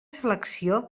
selecció